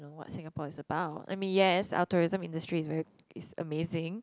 on what Singapore is about I mean yes our tourism industry is very it's amazing